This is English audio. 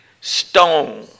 Stone